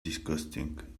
disgusting